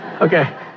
Okay